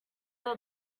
are